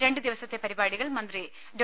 രണ്ടുദിവസത്തെ പരിപാടികൾ മന്ത്രി ഡോ